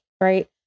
right